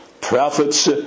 prophets